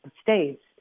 States